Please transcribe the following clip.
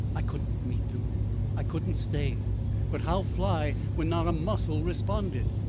i couldn't meet them i couldn't stay but how fly when not a muscle responded.